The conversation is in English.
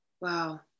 Wow